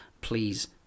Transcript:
please